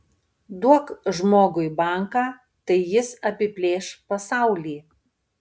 duok žmogui banką tai jis apiplėš pasaulį